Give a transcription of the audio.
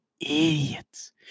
idiots